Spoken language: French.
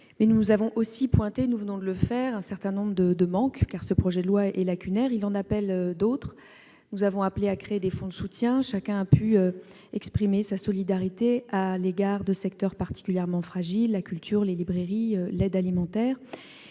Nous avons aussi mis en avant, et nous venons de le faire, un certain nombre de manques, car ce projet de loi est lacunaire. Il en appelle d'autres. Nous avons souhaité créer des fonds de soutien, et chacun a pu exprimer sa solidarité à l'égard de secteurs particulièrement fragiles : la culture, les librairies, l'aide alimentaire.